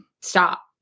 stop